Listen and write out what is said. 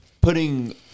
putting